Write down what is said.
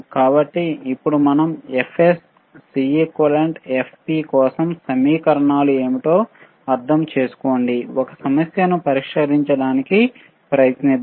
కాబట్టి ఇప్పుడు మనం Fs Cequivalent Fp కోసం సమీకరణలు ఏమిటో అర్థం చేసుకోండి ఒక సమస్యను పరిష్కరించడానికి ప్రయత్నిద్దాం